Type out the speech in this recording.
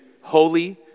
holy